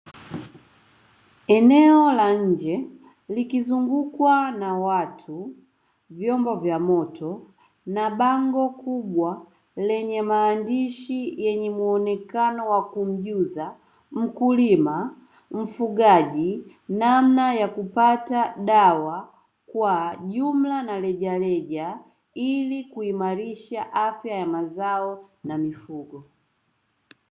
Eneo la nje likizungukwa na watu, vyombo vya moto na bango kubwa lenye maandishi; yenye muonekano wa kumjuza mkulima, mfugaji; namna ya kupata dawa kwa jumla na rejareja ili kuimarisha afya ya mazao na mifugo.